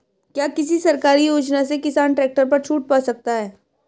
क्या किसी सरकारी योजना से किसान ट्रैक्टर पर छूट पा सकता है?